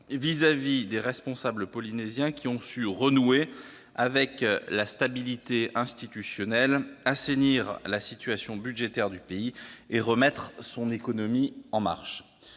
à l'égard des responsables polynésiens, qui ont su renouer avec la stabilité institutionnelle, assainir la situation budgétaire du pays et remettre son économie en marche.